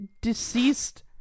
deceased